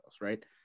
right